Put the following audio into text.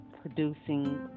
producing